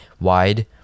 wide